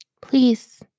please